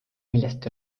millest